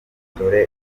dore